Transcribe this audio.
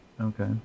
Okay